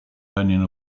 running